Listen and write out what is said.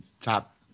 top